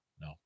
No